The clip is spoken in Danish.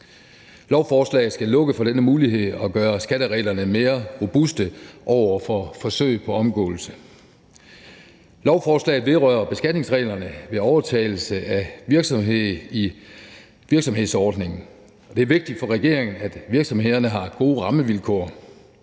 Lovforslaget skal lukke for denne mulighed og gøre skattereglerne mere robuste over for forsøg på omgåelse. Lovforslaget vedrører beskatningsreglerne ved overtagelse af virksomhed i virksomhedsordningen. Det er vigtigt for regeringen, at virksomhederne har gode rammevilkår,